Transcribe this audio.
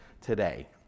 today